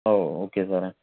ഓ okay സാറേ